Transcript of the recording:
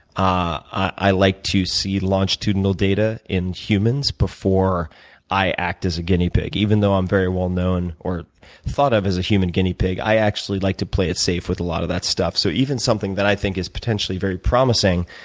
i like to see longitudinal data in humans before i act as a guinea pig. even though i'm very well-known or thought of as a human guinea pig, i actually like to play it safe with a lot of that stuff. so even something that i think is potentially very promising,